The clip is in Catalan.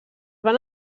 van